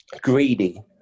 greedy